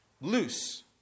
Loose